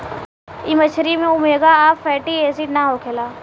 इ मछरी में ओमेगा आ फैटी एसिड ना होखेला